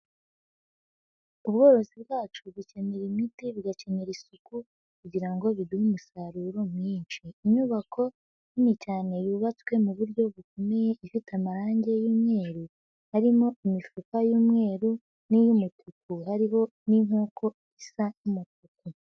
Ubworozi bwacu bukenera imiti, bugakenera isuku kugira ngo biduhe umusaruro mwinshi. Inyubako nini cyane yubatswe mu buryo bukomeye, ifite amarangi y'umweru, harimo imifuka y'umweru n'iy'umutuku, hariho n'inkoko isa n'umutuku.